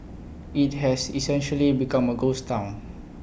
IT has essentially become A ghost Town